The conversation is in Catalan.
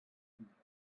contrari